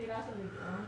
בתחילת הרבעון,